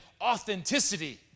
authenticity